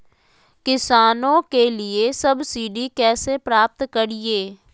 किसानों के लिए सब्सिडी कैसे प्राप्त करिये?